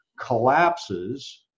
collapses